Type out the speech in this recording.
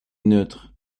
neutre